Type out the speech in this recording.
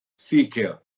thicker